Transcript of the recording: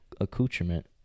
accoutrement